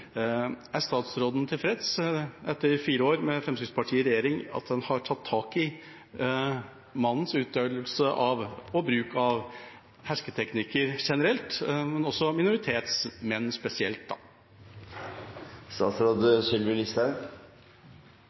Er statsråden tilfreds, etter fire år med Fremskrittspartiet i regjering, med hvordan en har tatt tak i mannens utøvelse og bruk av hersketeknikker generelt, men blant minoritetsmenn